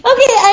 Okay